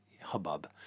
hubbub